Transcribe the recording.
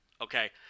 Okay